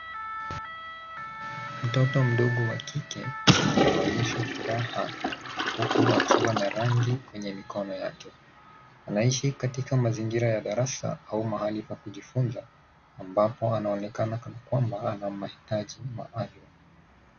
Mtoto mdogo wa kike anaonyesha furaha huku akiwa na rangi kwenye mikono yake. Anaishi katika mazingira ya darasa au mahali pa kujifunza ambapo anaonekana kana kwamba ana mahitaji maalum.